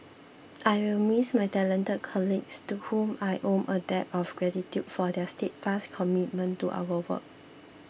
I'll miss my talented colleagues to whom I owe a debt of gratitude for their steadfast commitment to our work